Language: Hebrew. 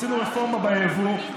עשינו רפורמה ביבוא,